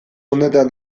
honetan